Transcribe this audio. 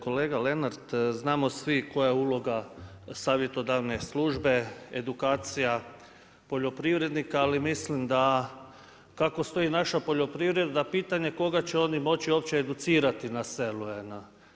Kolega Lenart, znamo svi koja je uloga savjetodavne službe, edukacija poljoprivrednika ali mislim da kako stoji naša poljoprivreda da je pitanje koga će oni moći uopće educirati na selu.